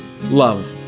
love